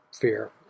Fear